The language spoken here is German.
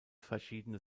verschiedene